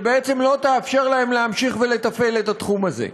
שבעצם לא תאפשר להם להמשיך ולתפעל את התחום הזה.